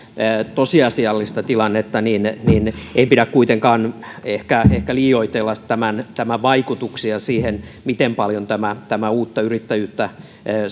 tosiasiallista tilannetta ei pidä kuitenkaan ehkä ehkä liioitella tämän vaikutuksia siihen miten paljon tämä tämä uutta yrittäjyyttä